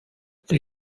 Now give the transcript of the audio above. they